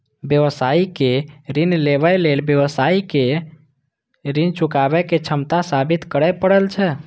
व्यावसायिक ऋण लेबय लेल व्यवसायी कें ऋण चुकाबै के क्षमता साबित करय पड़ै छै